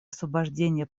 освобождения